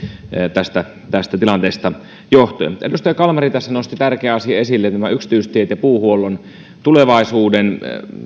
tästä tästä tilanteesta johtuen edustaja kalmari tässä nosti esille tärkeän asian yksityistiet ja puuhuollon tulevaisuuden